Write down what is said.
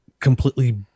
completely